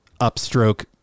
upstroke